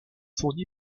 fourni